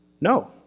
No